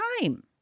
time